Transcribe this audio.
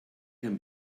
can